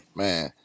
man